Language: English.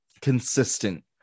consistent